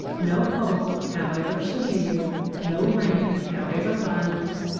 no cold, however severe, no rain, however violent,